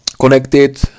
connected